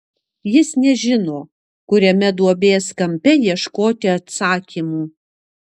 jis nežino kuriame duobės kampe ieškoti atsakymų